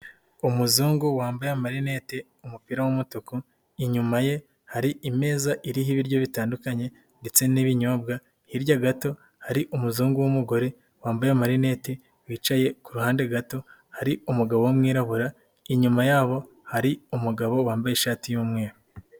Umuzungu wambaye marinete, umupira w'umutuku, inyuma ye hari imeza iriho ibiryo bitandukanye ndetse n'ibinyobwa, hirya gato hari umuzungu w'umugore wambaye amarinete wicaye, kuruhande gato hari umugabo w'umwirabura, inyuma yabo hari umugabo wambaye ishati y'umweru.